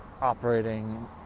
operating